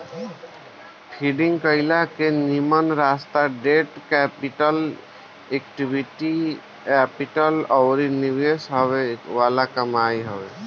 funding कईला के निमन रास्ता डेट कैपिटल, इक्विटी कैपिटल अउरी निवेश से हॉवे वाला कमाई हवे